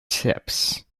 tips